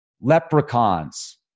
Leprechauns